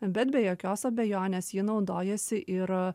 bet be jokios abejonės ji naudojosi ir